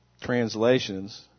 translations